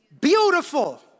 beautiful